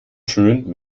schön